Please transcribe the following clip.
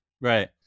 Right